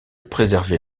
préserver